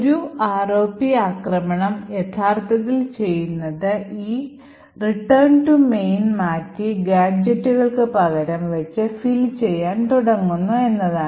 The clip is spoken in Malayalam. ഒരു ROP ആക്രമണം യഥാർത്ഥത്തിൽ ചെയ്യുന്നത് ഇത് ഈ return to main മാറ്റി ഗാഡ്ജെറ്റുകൾ പകരം വച്ച് fill ചെയ്യാൻ തുടങ്ങുന്നു എന്നതാണ്